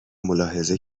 ملاحظه